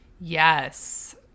Yes